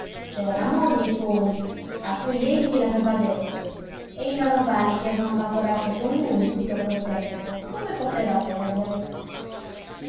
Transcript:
c'era la moglie poi a cui egli l'aveva detto e i manovali che avevano lavorato con lui tutto quel tempo come poteva perdere